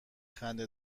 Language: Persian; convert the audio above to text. خنده